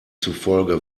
zufolge